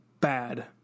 bad